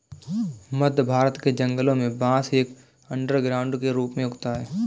मध्य भारत के जंगलों में बांस एक अंडरग्राउंड के रूप में उगता है